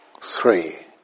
three